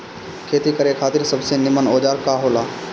खेती करे खातिर सबसे नीमन औजार का हो ला?